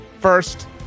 first